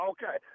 Okay